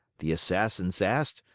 the assassins asked,